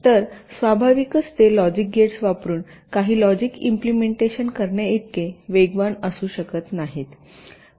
तर स्वाभाविकच ते लॉजिक गेट्स वापरुन काही लॉजिक इम्पलेमेंटेशन करण्याइतके वेगवान असू शकत नाहीत